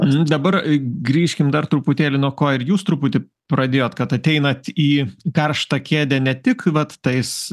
dabar grįžkim dar truputėlį nuo ko ir jūs truputį pradėjot kad ateinat į karštą kėdę ne tik vat tais